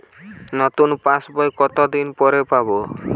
নতুন পাশ বই কত দিন পরে পাবো?